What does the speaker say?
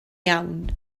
iawn